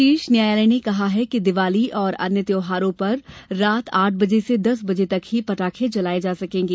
शीर्ष न्यायालय ने कहा है कि दिवाली और अन्य त्योहारों पर रात आठ बजे से दस बजे तक ही पटाखे चलाये जा सकेंगे